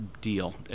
deal